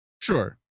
sure